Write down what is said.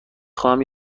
خواهم